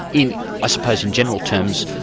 in i suppose and general terms,